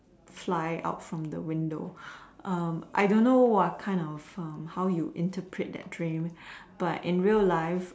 fly out from the window I don't know what kind of how you interpret that dream but in real life